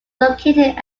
located